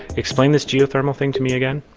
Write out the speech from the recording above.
explain this geothermal thing to me again?